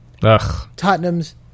Tottenham's